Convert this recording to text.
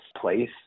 place